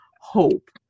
hope